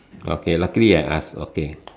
okay luckily I asked okay